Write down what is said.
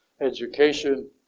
education